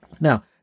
Now